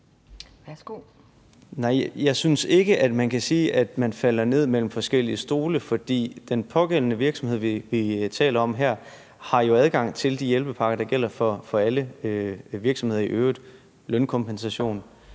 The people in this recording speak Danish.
jeg synes ikke, man kan sige, at de falder ned mellem forskellige stole, for den virksomhed, vi taler om her, har jo adgang til de hjælpepakker, der gælder for alle virksomheder i øvrigt – lønkompensation,